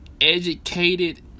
educated